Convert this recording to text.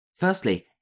Firstly